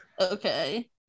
okay